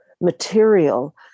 material